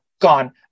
gone